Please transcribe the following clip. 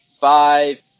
five